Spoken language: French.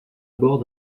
bord